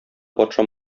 патша